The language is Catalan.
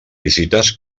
visites